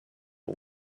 all